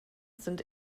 sind